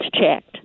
checked